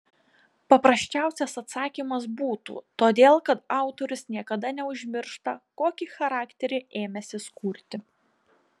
paprasčiausias atsakymas būtų todėl kad autorius niekada neužmiršta kokį charakterį ėmęsis kurti